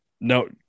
no